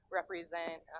represent